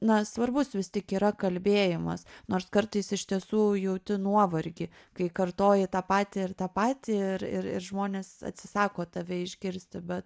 na svarbus vis tik yra kalbėjimas nors kartais iš tiesų jauti nuovargį kai kartoji tą patį ir tą patį ir ir ir žmonės atsisako tave išgirsti bet